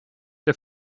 der